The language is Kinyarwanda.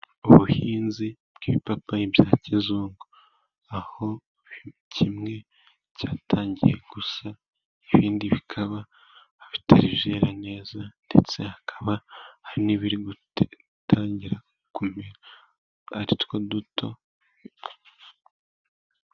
Ubuhinzi bw'ibipapayi bya kizungu, aho kimwe cyatangiye gushya, n'ibindi bikaba bidahiye neza, ndetse hakaba hari n'ibiri gutangira kumera aritwo duto.